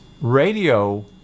radio